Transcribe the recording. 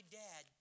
dad